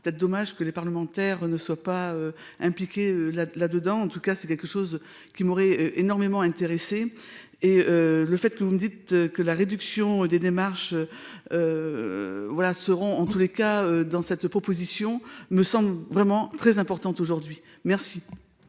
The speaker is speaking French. actuellement. Dommage que les parlementaires ne soient pas impliqués là là-dedans en tout cas c'est quelque chose qui m'aurait énormément intéressé et le fait que vous me dites que la réduction des démarches. Voilà, seront en tous les cas dans cette proposition me semble vraiment très important aujourd'hui. Merci.